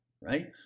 right